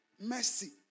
Mercy